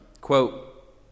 Quote